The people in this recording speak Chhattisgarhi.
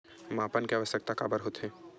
मापन के आवश्कता काबर होथे?